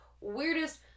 weirdest